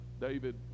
david